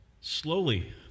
slowly